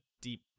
deep